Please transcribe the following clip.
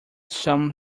some